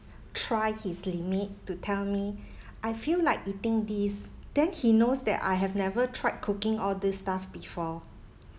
try his limit to tell me I feel like eating these then he knows that I have never tried cooking all this stuff before